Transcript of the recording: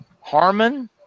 Harmon